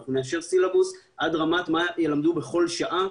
אנחנו נאשר סילבוס עד רמת מה ילמדו בכל שעה,